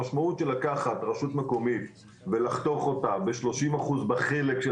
המשמעות של לקחת רשות מקומית ולחתוך אותה ב-30% בחלק של